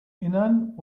innern